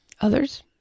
Others